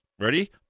ready